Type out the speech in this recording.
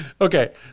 okay